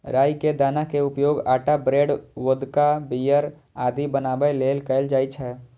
राइ के दाना के उपयोग आटा, ब्रेड, वोदका, बीयर आदि बनाबै लेल कैल जाइ छै